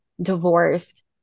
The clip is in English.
divorced